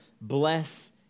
Bless